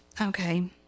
Okay